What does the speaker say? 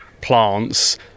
plants